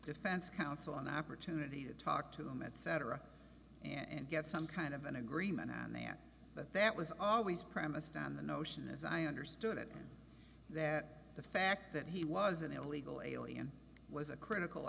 defense counsel an opportunity to talk to him etc and get some kind of an agreement and that but that was always premised on the notion as i understood it that the fact that he was an illegal alien was a critical